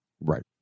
Right